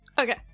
Okay